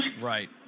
Right